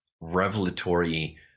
revelatory